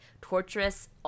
torturous